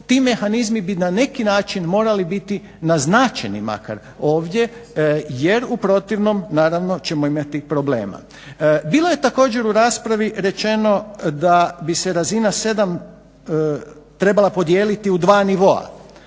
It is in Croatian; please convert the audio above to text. ti mehanizmi bi na neki način morali biti naznačeni makar ovdje jer u protivnom naravno ćemo imati problema. Bilo je također u raspravi rečeno da bi se razina 7 trebala podijeliti u 2 nivoa